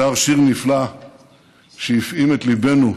שר שיר נפלא שהפעים את ליבנו: